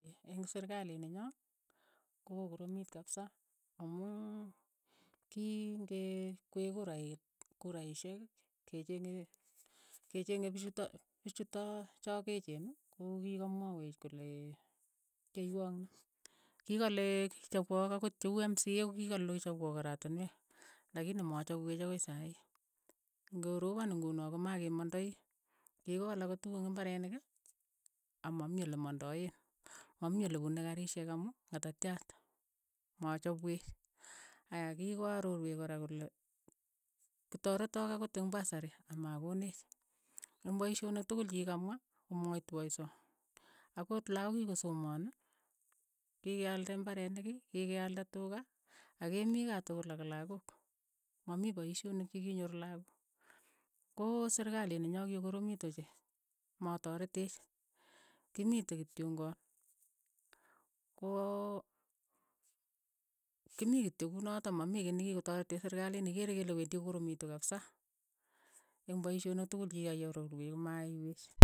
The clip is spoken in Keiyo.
Eng serikalininyo, ko ko koromiit kapisa, amuun ki ng'ekwei kurait kuraishek, ke chengee ke chenge piichutok piichuto chok eechen ko ki ka mwaywech kole ki aywak ni, ki kalee ki chapwok angot che uu mca ko ki kale ochopwok oratinmwek, lakini ma chapweech akoi saii, ngoropon nguno ko ma kemandai, ki kikol angot tukuk eng' imbarenik ama mii ole mandae, ma mii ole pune karishek amu ngatatiat. ma chapwech. aya ki ko arorwech kora kole putaretok akot eng' pasari, ama ko neech, eng' paishinik tokol chi kikamwa, komwaitwosio, akot lakok ki kosoman, ki keaalde mbarenik ii. ki keaalde tuka, ak kemii kaa togol ak lakook, ma mii paishonik che ki nyoor lakook, koo serikali ni nyoo kikokoromit ochei, matareteech, ki mitei ki tyongon, koo ki mii kityo kunotok, ma mii kei ni ki ko taretech serikalini. ikeere kole wendi ko koromitu kapisa, eng paishonik tukul che ki kayarorwech ko ma yaiweech.